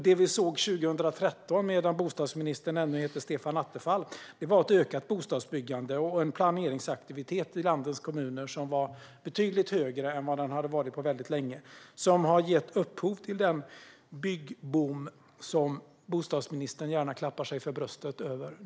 Det vi såg 2013 medan bostadsministern ännu hette Stefan Attefall var ett ökat bostadsbyggande och en planeringsaktivitet i landets kommuner som var betydligt högre än vad det varit på väldigt länge. Det har gett upphov till den byggboom som bostadsministern nu gärna klappar sig för bröstet över.